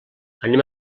anem